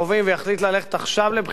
ויחליט ללכת עכשיו לבחירות,